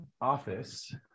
office